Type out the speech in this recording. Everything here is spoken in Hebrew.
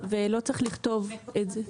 ולא צריך לכתוב את זה.